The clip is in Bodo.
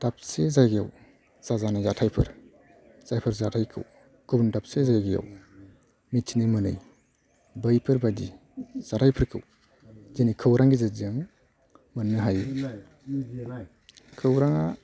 दाबसे जायगायाव जाजानाय जाथायफोर जाफोर जाथायखौ गुबुन दाबसे जायगायाव मिथिनो मोनै बैफोरबादि जाथायफोरखौ दिनै खौरांनि गेजेरजों मोननो हायो खौराङा